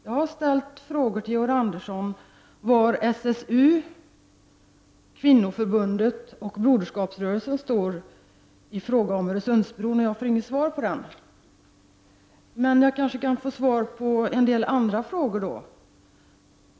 Jag har ställt frågor till Georg Andersson om var SSU, Kvinnoförbundet och Broderskapsrörelsen står i frågan om Öresundsbron, och jag får inget svar på dem. Jag kanske kan få svar på en del andra frågor.